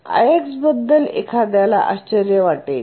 IX बद्दल एखाद्याला आश्चर्य वाटेल